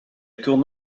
tourne